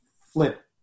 flip